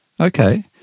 Okay